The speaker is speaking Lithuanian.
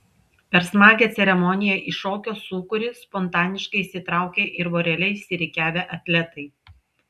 per smagią ceremoniją į šokio sūkurį spontaniškai įsitraukė ir vorele išsirikiavę atletai